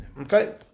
Okay